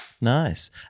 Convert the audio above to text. Nice